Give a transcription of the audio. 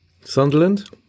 Sunderland